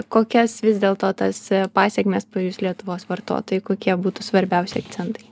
kokias vis dėlto tas pasekmes pajus lietuvos vartotojai kokie būtų svarbiausi akcentai